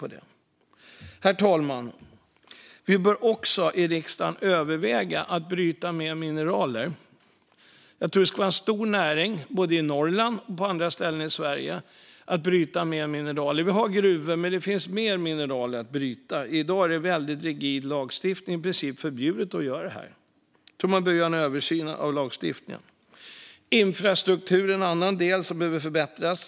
Herr talman! Vi i riksdagen bör också överväga att bryta mer mineral. Jag tror att det skulle kunna vara en stor näring både i Norrland och på andra ställen i Sverige att bryta mer mineral. Vi har gruvor, men det finns mer mineral att bryta. I dag är lagstiftningen så rigid att det i princip är förbjudet att göra det. Jag tror att man behöver göra en översyn av lagstiftningen. Infrastruktur är en annan del som behöver förbättras.